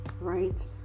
right